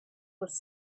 was